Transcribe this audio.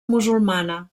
musulmana